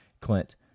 clint